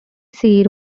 seat